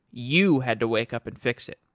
you had to wake up and fix it,